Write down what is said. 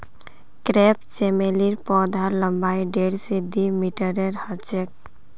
crepe चमेलीर पौधार लम्बाई डेढ़ स दी मीटरेर ह छेक